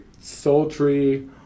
sultry